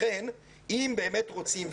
לכן אם באמת רוצים,